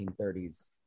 1930s